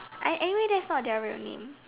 I anyway that's not their real name